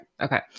Okay